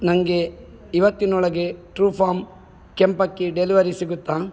ನನಗೆ ಇವತ್ತಿನೊಳಗೆ true farm ಕೆಂಪಕ್ಕಿ ಡೆಲವರಿ ಸಿಗುತ್ತಾ